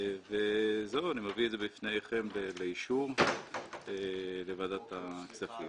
כאמור, אני מביא את זה לאישור ועדת הכספים.